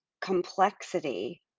complexity